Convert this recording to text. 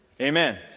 Amen